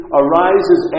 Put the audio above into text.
arises